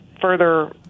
further